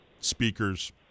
speakers